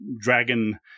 dragon